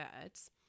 birds